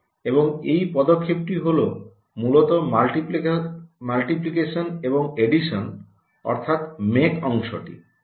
এবং এই পদক্ষেপটি হল মূলত মাল্টিপ্লিকেশন এবং এডিশন অর্থাৎ ম্যাক অংশটি